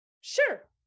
sure